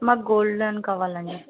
మాకు gold loan కావాలండి